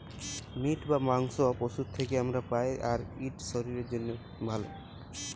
meet বা মাংস পশুর থ্যাকে আমরা পাই, আর ইট শরীরের জ্যনহে ভাল